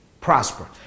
prosper